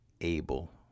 able